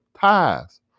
ties